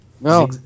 No